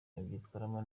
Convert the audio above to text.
abyitwaramo